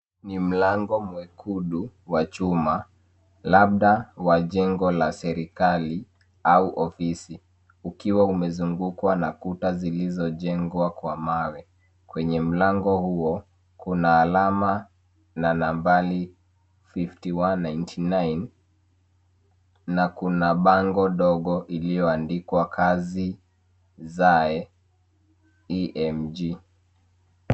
Ni mlango mwekundu wa chuma labda wa jengo la serikali au ofisi ukiwa umezungukwa na kuta zilizojengwa kwa mawe. Kwenye mlango huo kuna alama na nambari 5199 na kuna bango dogo iliyoandikwa kazi zae EMG.